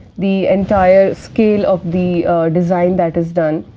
the entire scale of the design that is done,